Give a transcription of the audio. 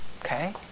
Okay